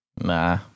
Nah